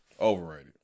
Overrated